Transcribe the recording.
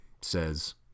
says